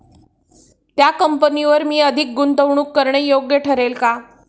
त्या कंपनीवर मी अधिक गुंतवणूक करणे योग्य ठरेल का?